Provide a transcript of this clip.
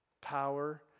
power